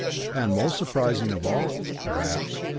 and most surprising of all, perhaps,